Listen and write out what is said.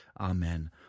Amen